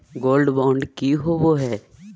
Gold bond की होबो है?